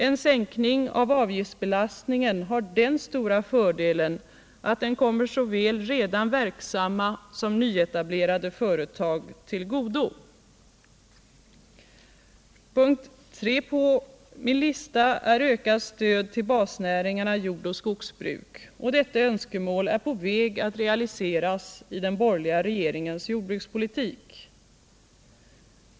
En minskning av avgiftsbelastningen har den stora fördelen att den kommer såväl redan verksamma som nyetablerade företag till godo. 3. Ökat stöd till basnäringarna jordoch skogsbruk. Detta önskemål är på väg att realiseras i den borgerliga regeringens jordbrukspolitik.